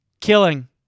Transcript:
Killing